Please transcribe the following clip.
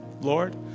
Lord